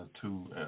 two